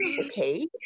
okay